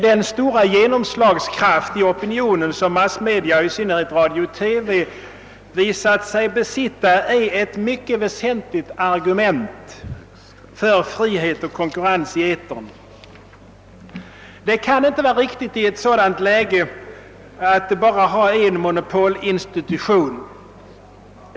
Den stora genomslagskraft i opinionen som massmedia — i synnerhet radio och TV — visat sig besitta är ett mycket väsentligt argument för fri konkurrens i etern. Det kan inte vara riktigt att i rådande läge ha endast en monopolinstitution.